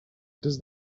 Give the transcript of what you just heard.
does